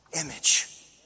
image